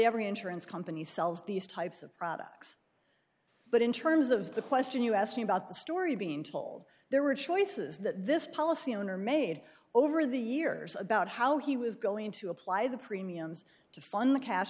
every insurance company sells these types of products but in terms of the question you asked me about the story being told there were choices that this policy owner made over the years about how he was going to apply the premiums to fund the cash